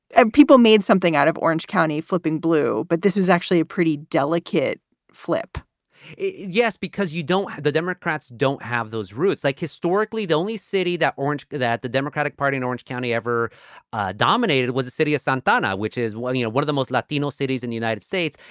and people made something out of orange county flipping blue. but this is actually a pretty delicate flip yes. because you don't have the democrats don't have those roots. like historically, the only city that orange that the democratic party in orange county ever dominated was a city of santtana, which is one, you know, one of the most latino cities in the united states.